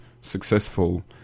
successful